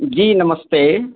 जी नमस्ते